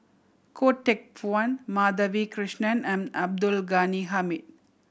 Goh Teck Phuan Madhavi Krishnan and Abdul Ghani Hamid